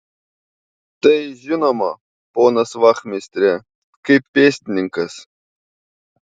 tai žinoma ponas vachmistre kaip pėstininkas